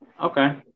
Okay